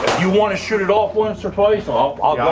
you want to shoot it off once or twice, i'll